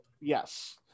Yes